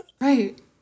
Right